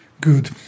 Good